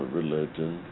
religion